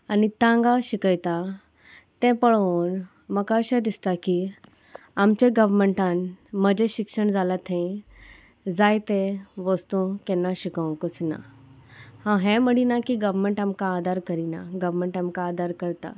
आनी तांकां शिकयता तें पळोवन म्हाका अशें दिसता की आमच्या गव्हमेंटान मजे शिक्षण जाला थंय जायते वस्तू केन्ना शिकोवंकूच ना हांव हें मडिना की गव्हमेंट आमकां आदार करिना गव्हर्मेंट आमकां आदार करता